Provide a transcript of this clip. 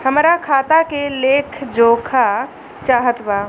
हमरा खाता के लेख जोखा चाहत बा?